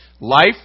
life